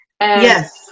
Yes